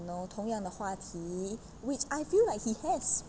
you know 同样的话题 which I feel like he has